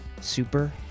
Super